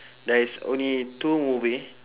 there's only two movie